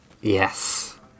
Yes